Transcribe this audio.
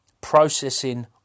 processing